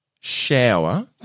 Shower